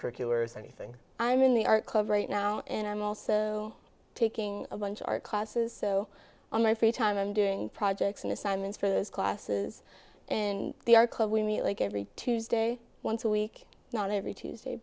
curriculars anything i'm in the art club right now and i'm also taking a bunch of art classes so on my free time i'm doing projects and assignments for those classes in the our club we meet like every tuesday once a week not every tuesday